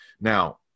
Now